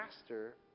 master